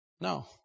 No